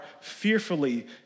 fearfully